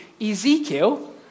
Ezekiel